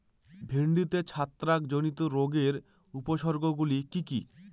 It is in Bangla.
ভিন্ডিতে ছত্রাক জনিত রোগের উপসর্গ গুলি কি কী?